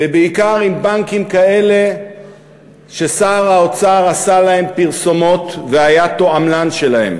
ובעיקר עם בנקים כאלה ששר האוצר עשה להם פרסומות והיה תועמלן שלהם.